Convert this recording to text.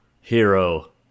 hero